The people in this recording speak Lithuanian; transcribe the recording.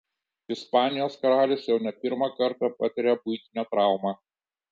ispanijos karalius jau ne pirmą kartą patiria buitinę traumą